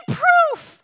proof